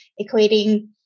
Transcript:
equating